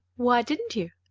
why didn't you?